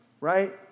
right